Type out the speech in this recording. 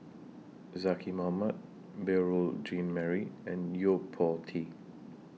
Zaqy Mohamad Beurel Jean Marie and Yo Po Tee